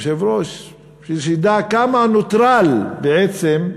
בשביל שידע כמה הוא נוטרל בעצם,